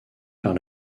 par